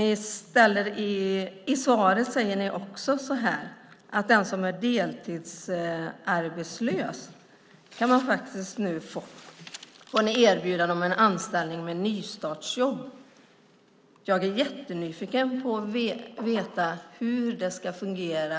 I svaret säger ministern att den som är deltidsarbetslös kan ni nu erbjuda en anställning med nystartsjobb. Jag är jättenyfiken på att få veta hur det ska fungera